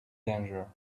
danger